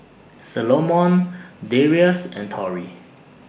Salomon Darius and Tori